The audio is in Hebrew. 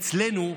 אצלנו,